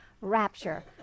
rapture